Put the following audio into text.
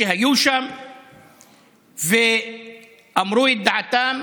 שהיו שם ואמרו את דעתם,